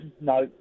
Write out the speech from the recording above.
No